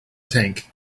tank